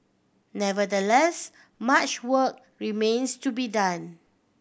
nevertheless much work remains to be done